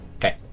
Okay